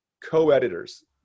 co-editors